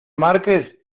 marqués